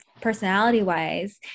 personality-wise